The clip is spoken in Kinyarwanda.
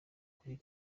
kuri